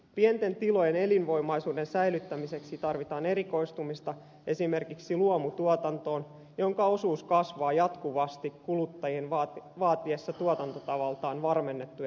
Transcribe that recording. pienten tilojen elinvoimaisuuden säilyttämiseksi tarvitaan erikoistumista esimerkiksi luomutuotantoon jonka osuus kasvaa jatkuvasti kuluttajien vaatiessa tuotantotavaltaan varmennettuja elintarvikkeita